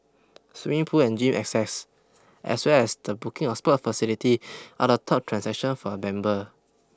swimming pool and gym access as well as the booking of sport facility are the top transactions for a member